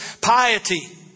piety